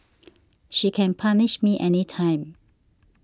she can punish me anytime